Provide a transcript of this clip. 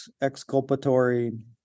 exculpatory